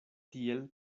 tiel